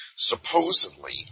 Supposedly